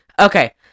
Okay